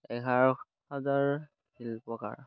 এঘাৰ হাজাৰ শিল্পকাৰ